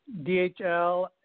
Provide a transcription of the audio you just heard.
DHL